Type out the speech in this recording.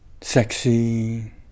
sexy